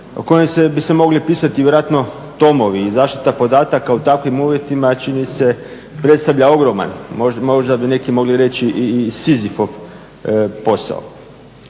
o kojem se, bi se mogle pisati vjerojatno tomovi i zaštita podataka u takvim uvjetima čini se predstavlja ogroman, možda bi neki mogli reći i Sizifov posao.